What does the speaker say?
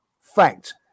fact